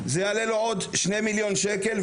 זה יעלה לו עוד 2,000,000 שקלים,